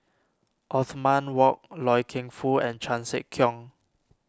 Othman Wok Loy Keng Foo and Chan Sek Keong